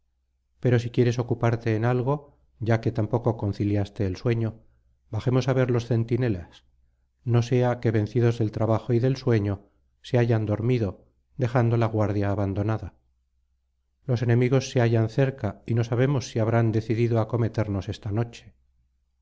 pero si quieres ocuparte en algo ya que tampoco concillaste el sueño bajemos á ver los centinelas no sea que vencidos del trabajo y del sueño se hayan dormido dejando la guardia abandonada los enemigos se hallan cerca y no sabemos si habrán decidido acometernos esta noche